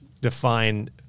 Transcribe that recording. define